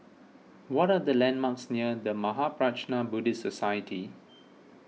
what are the landmarks near the Mahaprajna Buddhist Society